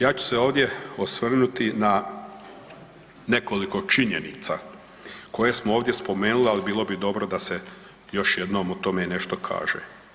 Ja ću se ovdje osvrnuti na nekoliko činjenica koje smo ovdje spomenuli, al bilo bi dobro da se još jednom o tome nešto kaže.